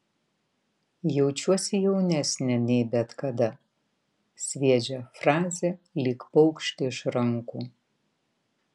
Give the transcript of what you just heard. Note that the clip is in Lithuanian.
jaučiuosi jaunesnė nei bet kada sviedžia frazę lyg paukštį iš rankų